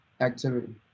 activity